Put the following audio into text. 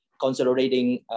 consolidating